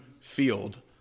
field